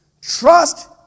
Trust